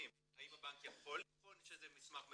האם הבנק יכול לבחון שזה מסמך מזויף,